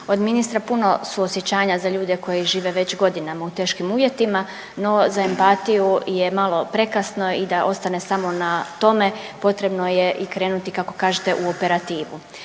od ministra puno suosjećanja za ljude koji žive već godinama u teškim uvjetima, no za empatiju je malo prekasno i da ostane samo na tome, potrebno je i krenuti, kako kažete, u operativu.